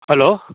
hello